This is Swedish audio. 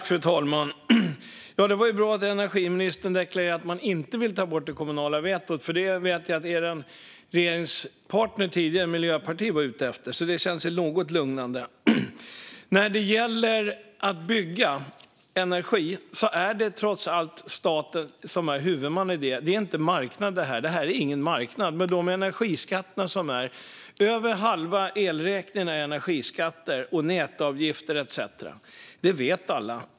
Fru talman! Det är bra att energiministern deklarerar att man inte vill ta bort det kommunala vetot, för det vet jag att er tidigare regeringspartner Miljöpartiet var ute efter. Detta känns något lugnande. När det gäller att bygga energi är det trots allt staten som är huvudman. Detta är inte en marknad, med de energiskatter vi har. Över halva elräkningen utgörs av energiskatter, nätavgifter etcetera. Det vet alla.